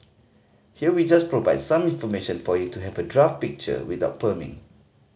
here we just provide some information for you to have a draft picture without perming